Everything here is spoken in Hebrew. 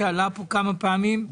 שעלה פה כמה פעמים?